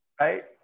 Right